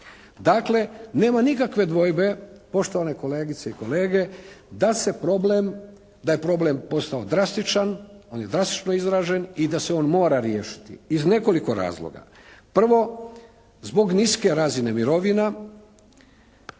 Dakle, nema nikakve dvojbe poštovane kolegice i kolege, da se problem, da je problem postao drastično, on je drastično izražen i da se on mora riješiti iz nekoliko razloga. Prvo, zbog niske razine mirovina